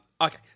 Okay